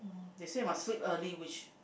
they say must sleep early which